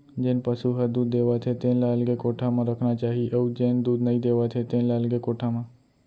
जेन पसु ह दूद देवत हे तेन ल अलगे कोठा म रखना चाही अउ जेन दूद नइ देवत हे तेन ल अलगे कोठा म